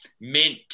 mint